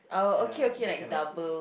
ya that kind of uh